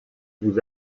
vous